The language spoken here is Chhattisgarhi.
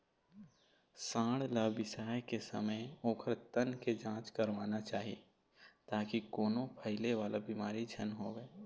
सांड ल बिसाए के समे ओखर तन के जांच करवाना चाही ताकि कोनो फइले वाला बिमारी झन होवय